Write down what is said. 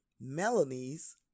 Melanie's